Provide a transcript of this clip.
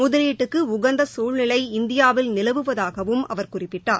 முதலீட்டுக்கு உகந்த சூழ்நிலை இந்தியாவில் நிலவுவதாகவம் அவர் குறிப்பிட்டார்